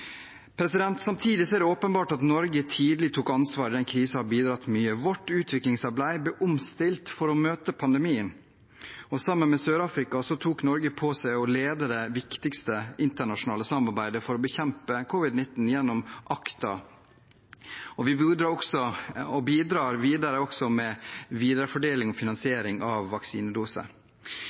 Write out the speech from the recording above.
er det åpenbart at Norge tidlig tok ansvar i denne krisen og har bidratt mye. Vårt utviklingsarbeid ble omstilt for å møte pandemien, og sammen med Sør-Afrika tok Norge på seg å lede det viktigste internasjonale samarbeidet for å bekjempe covid-19 gjennom ACT-A. Vi bidro også – og bidrar videre – med viderefordeling og finansiering av